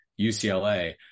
UCLA